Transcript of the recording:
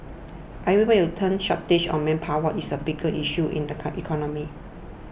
everywhere turn shortage of manpower is a big issue in the economy